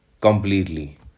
completely